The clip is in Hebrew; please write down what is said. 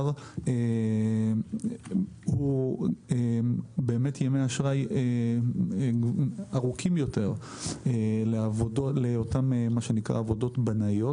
- הוגדרו באמת ימי אשראי ארוכים יותר לאותן עבודות בנאיות.